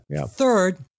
Third